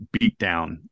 beatdown